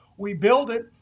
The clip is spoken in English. we build it,